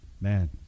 man